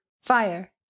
fire